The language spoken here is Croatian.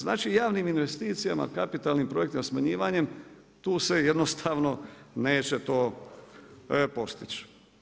Znači javnim investicijama, kapitalnim projektima, smanjivanjem, tu se jednostavno neće to postići.